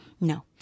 No